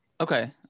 Okay